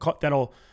that'll